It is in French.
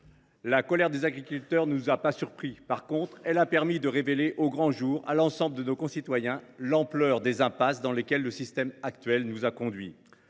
la colère des agriculteurs ne nous a pas surpris, elle a révélé au grand jour à l’ensemble de nos concitoyens l’ampleur de l’impasse dans laquelle le système actuel nous a conduits.